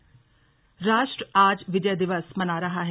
विजय दिवस राष्ट्र आज विजय दिवस मना रहा है